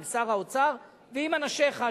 עם שר האוצר ועם אנשיך,